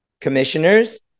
commissioners